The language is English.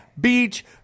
Beach